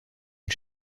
une